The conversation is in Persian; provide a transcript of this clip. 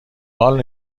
حال